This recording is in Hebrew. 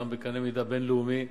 גם בקנה מידה בין-לאומי,